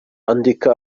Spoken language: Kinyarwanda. andika